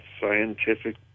scientific